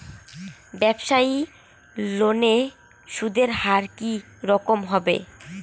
ব্যবসায়ী লোনে সুদের হার কি রকম হবে?